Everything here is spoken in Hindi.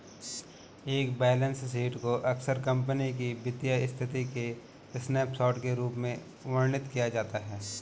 एक बैलेंस शीट को अक्सर कंपनी की वित्तीय स्थिति के स्नैपशॉट के रूप में वर्णित किया जाता है